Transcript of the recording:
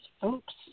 folks